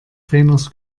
trainers